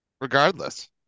regardless